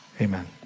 amen